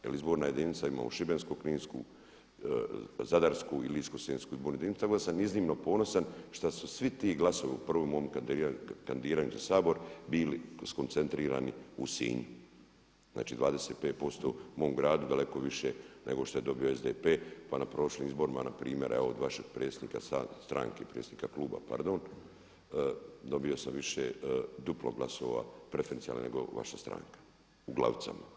Jer izborna jedinica ima Šibensko-kninsku, Zadarsku i Ličko-senjsku tako da sam iznimno ponosan šta su svi ti glasovi u prvom mom kandidiranju za Sabor bili skoncentrirani u Sinju, znači 25% u mom gradu daleko više nego što je dobio SDP pa na prošlim izborima na primjer evo od vašeg predsjednika stranke, predsjednika kluba pardon dobio sam više duplo glasova preferencijalnih nego vaša stranka u Glavicama.